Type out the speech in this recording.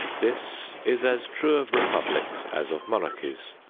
this is as true of republics as of monarchies,